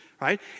right